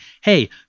hey